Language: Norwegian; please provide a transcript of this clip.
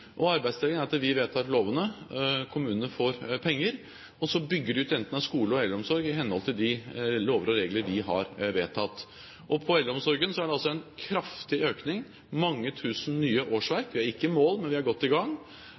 Arbeidsdelingen er at vi vedtar lovene, kommunene får penger, og så bygger de ut – enten det er skole eller eldreomsorg – i henhold til de lover og regler vi har vedtatt. Innen eldreomsorgen er det altså en kraftig økning – mange tusen nye årsverk. Vi er ikke i mål, men vi er godt i gang.